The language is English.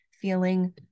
feeling